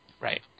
Right